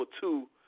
two